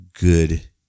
good